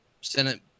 Senate